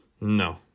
No